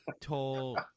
Told